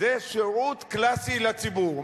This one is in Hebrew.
זה שירות קלאסי לציבור.